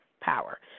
power